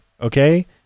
okay